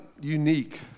unique